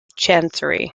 chancery